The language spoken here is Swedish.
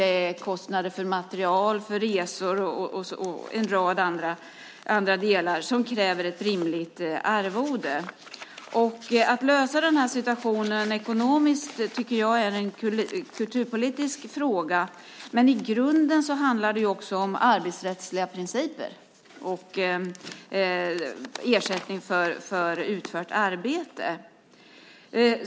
Kostnaderna för material, resor och en rad andra saker kräver ett rimligt arvode. Att lösa den situationen ekonomiskt är en kulturpolitisk fråga, tycker jag, men i grunden handlar det också om arbetsrättsliga principer och ersättning för utfört arbete.